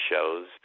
shows